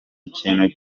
ikintu